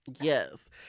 Yes